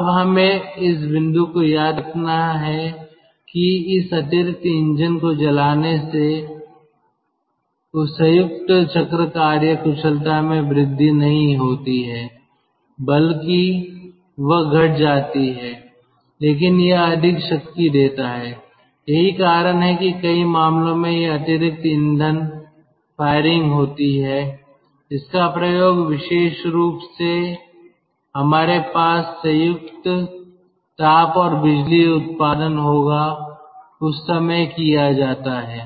अब हमें इस बिंदु को याद रखना है कि इस अतिरिक्त ईंधन को जलाने से संयुक्त चक्र कार्य कुशलता में वृद्धि नहीं होती है बल्कि वह घट जाती है लेकिन यह अधिक शक्ति देता है यही कारण है कि कई मामलों में यह अतिरिक्त ईंधन फायरिंग होती है इसका प्रयोग विशेष रूप से जब हमारे पास संयुक्त ताप और बिजली उत्पादन होगा उस समय किया जाता है